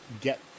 get